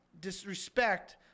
disrespect